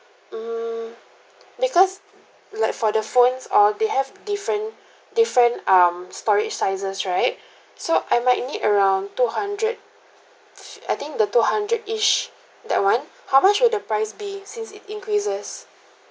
mm because like for the phones all they have different different um storage sizes right so I might need around two hundred I think the two hundred inch that one how much will the price be since it increases